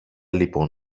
λοιπόν